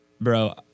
bro